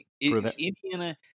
Indiana